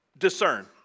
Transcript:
Discern